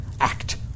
act